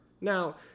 Now